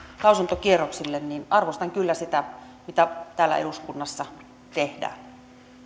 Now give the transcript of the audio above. lausuntokierroksille niin arvostan kyllä sitä mitä täällä eduskunnassa tehdään